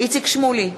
איציק שמולי,